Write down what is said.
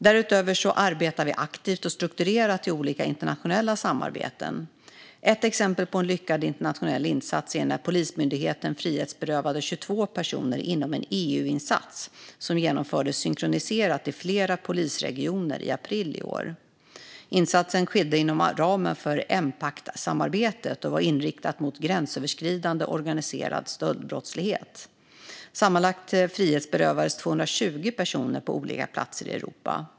Därutöver arbetar vi aktivt och strukturerat i olika internationella samarbeten. Ett exempel på en lyckad internationell insats är när Polismyndigheten frihetsberövade 22 personer i en EU-insats som genomfördes synkroniserat i flera polisregioner i april i år. Insatsen skedde inom ramen för Empactsamarbetet och var inriktad mot gränsöverskridande organiserad stöldbrottslighet. Sammanlagt frihetsberövades 220 personer på olika platser i Europa.